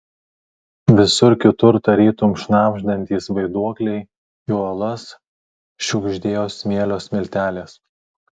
visur kitur tarytum šnabždantys vaiduokliai į uolas šiugždėjo smėlio smiltelės